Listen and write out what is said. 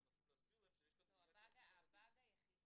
ואנחנו מנסים להסביר להם שיש כאן -- הבאג היחידי